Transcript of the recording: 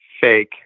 fake